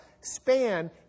span